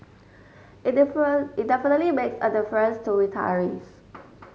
it different it definitely make a difference to retirees